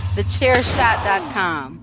TheChairShot.com